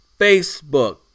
Facebook